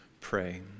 pray